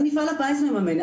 אז מפעל הפיס מממן.